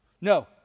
No